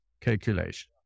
calculation